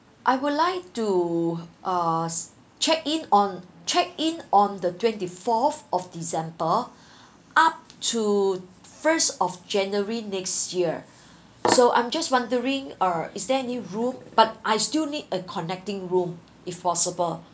I would like to uh check in on check in on the twenty fourth of december up to first of january next year so I'm just wondering err is there any room but I still need a connecting room if possible